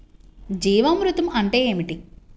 జీవామృతం అంటే ఏమిటి?